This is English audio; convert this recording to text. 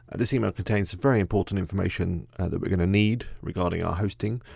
this email contains very important information that we're gonna need regarding our hosting.